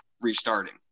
restarting